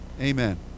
Amen